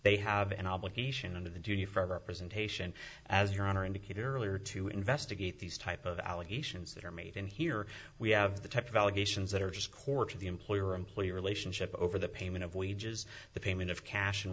they have an obligation under the union for representation as your honor indicated earlier to investigate these type of allegations that are made and here we have the type of allegations that are scorching the employer employee relationship over the payment of wages the payment of cash